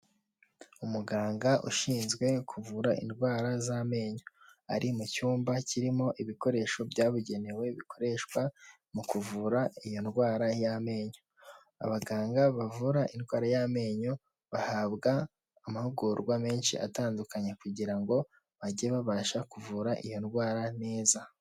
Umuganga ushinzwe kuvura indwara z'amenyo. Ari mu cyumba kirimo ibikoresho byabugenewe bikoreshwa mu kuvura iyo ndwara y'amenyo. Abaganga bavura indwara y'amenyo, bahabwa amahugurwa menshi atandukanye kugira ngo bajye babasha kuvura iyo ndwara neza.